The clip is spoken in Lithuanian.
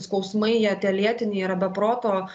skausmai jie tie lėtiniai yra be proto